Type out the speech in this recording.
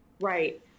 Right